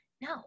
No